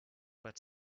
but